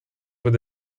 with